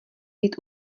být